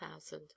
thousand